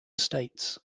states